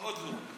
עוד לא.